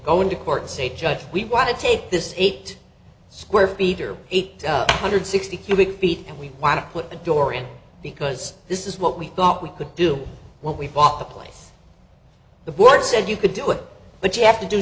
go into court say judge we want to take this eight square feet or eight hundred sixty cubic feet and we want to put the door in because this is what we thought we could do when we bought the place the board said you could do it but you have to do